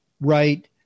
right